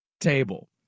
Table